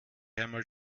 einmal